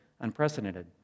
Unprecedented